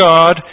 God